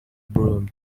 broom